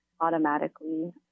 automatically